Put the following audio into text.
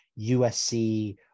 USC